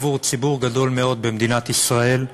עבור ציבור גדול במדינת ישראל,